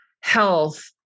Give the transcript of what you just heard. health